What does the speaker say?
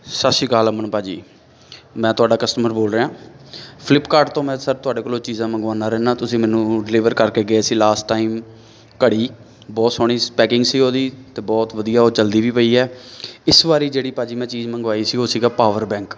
ਸਤਿ ਸ਼੍ਰੀ ਅਕਾਲ ਅਮਨ ਭਾਅ ਜੀ ਮੈਂ ਤੁਹਾਡਾ ਕਸਟਮਰ ਬੋਲ ਰਿਹਾ ਫਲਿੱਪਕਾਟ ਤੋਂ ਮੈਂ ਸਰ ਤੁਹਾਡੇ ਕੋਲੋਂ ਚੀਜ਼ਾਂ ਮੰਗਵਾਉਂਦਾ ਰਹਿੰਦਾ ਤੁਸੀਂ ਮੈਨੂੰ ਡਲੀਵਰ ਕਰਕੇ ਗਏ ਸੀ ਲਾਸਟ ਟਾਈਮ ਘੜੀ ਬਹੁਤ ਸੋਹਣੀ ਸ ਪੈਕਿੰਗ ਸੀ ਉਹਦੀ ਅਤੇ ਬਹੁਤ ਵਧੀਆ ਉਹ ਚਲਦੀ ਵੀ ਪਈ ਹੈ ਇਸ ਵਾਰੀ ਜਿਹੜੀ ਭਾਅ ਜੀ ਮੈਂ ਚੀਜ਼ ਮੰਗਵਾਈ ਸੀ ਉਹ ਸੀਗਾ ਪਾਵਰ ਬੈਂਕ